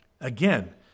Again